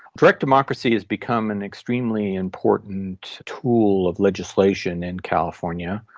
direct democracy has become an extremely important tool of legislation in california,